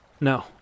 No